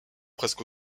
presque